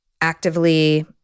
actively